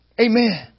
Amen